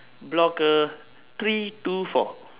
block uh three two four